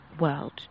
world